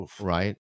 right